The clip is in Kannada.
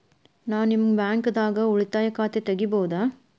ನಾ ನಿಮ್ಮ ಬ್ಯಾಂಕ್ ದಾಗ ಉಳಿತಾಯ ಖಾತೆ ತೆಗಿಬಹುದ?